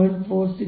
4605 0